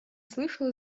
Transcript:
слышала